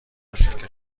شرکت